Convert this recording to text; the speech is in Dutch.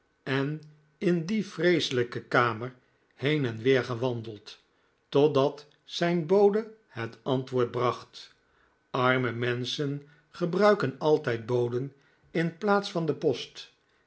en in die vreeselijke kamer heen en weer gewandeld totdat zijn bode het antwoord bracht arme menschen gebruiken altijd boden in plaats van de post